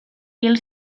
hil